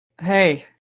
hey